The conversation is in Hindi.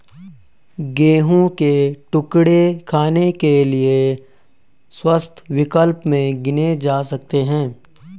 गेहूं के टुकड़े खाने के लिए स्वस्थ विकल्प में गिने जा सकते हैं